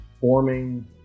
forming